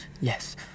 yes